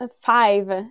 five